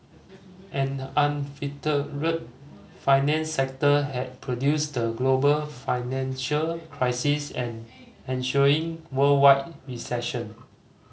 an unfettered financial sector had produced the global financial crisis and ensuing worldwide recession